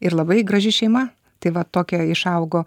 ir labai graži šeima tai va tokia išaugo